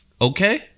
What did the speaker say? Okay